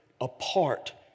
apart